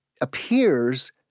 appears